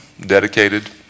dedicated